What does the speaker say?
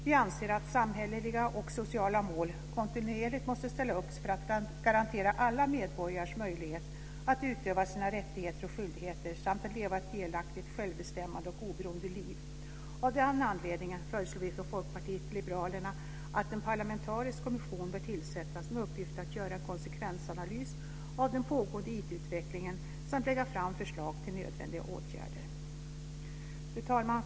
Vi anser att samhälleliga och sociala mål kontinuerligt måste ställas upp för att garantera alla medborgare möjlighet att utöva sina rättigheter och skyldigheter samt leva ett delaktigt, självbestämmande och oberoende liv. Av den anledningen föreslår vi i Folkpartiet liberalerna att en parlamentarisk kommission bör tillsättas med uppgift att göra en konsekvensanalys av den pågående IT-utvecklingen samt lägga fram förslag till nödvändiga åtgärder. Fru talman!